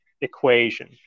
equation